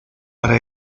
para